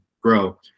grow